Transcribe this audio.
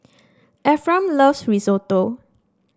Ephraim loves Risotto